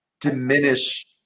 diminish